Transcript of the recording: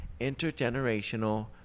intergenerational